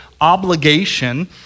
obligation